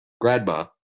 Grandma